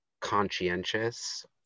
conscientious